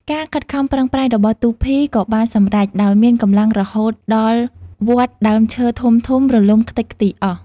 ការខិតខំប្រឹងប្រែង របស់ទូភី ក៏បានសម្រេច ដោយមានកម្លាំងរហូតដល់វ័ធដើមឈើធំៗរលំខ្ទេចខ្ទីរអស់។